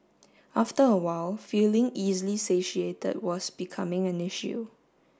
after a while feeling easily satiated was becoming an issue